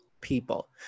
people